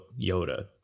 Yoda